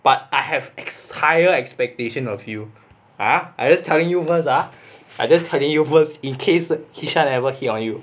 but I have higher expectation of you ah I just telling you first ah I just telling your first in case kishan ever hit on you